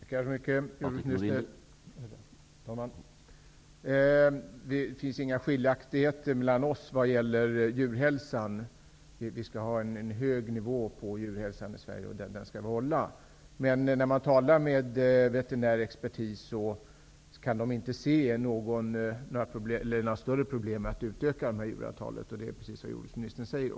Herr talman! Jag tackar jordbruksministern för det. Det finns inga skiljaktigheter mellan oss vad gäller djurhälsan. Vi skall hålla en hög nivå på djurhälsan i Sverige. Men när man talar med veterinär expertis får man beskedet att de inte kan se några stora problem med att utöka djurantalet. Det är också precis vad jordbruksministern säger.